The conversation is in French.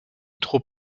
trop